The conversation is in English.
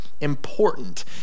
important